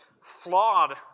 flawed